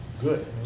good